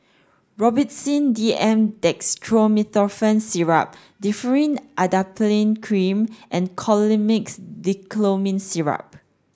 Robitussin D M Dextromethorphan Syrup Differin Adapalene Cream and Colimix Dicyclomine Syrup